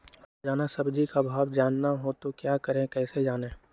रोजाना सब्जी का भाव जानना हो तो क्या करें कैसे जाने?